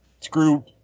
screw